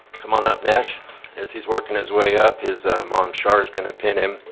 come on up nash as he's working his way up his mom shar is gonna pin him